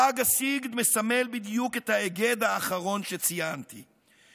חג הסגד מסמל בדיוק את ההיגד האחרון שציינתי,